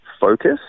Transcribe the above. focus